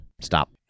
Stop